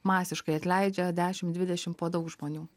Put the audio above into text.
masiškai atleidžia dešim dvidešim po daug žmonių